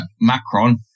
Macron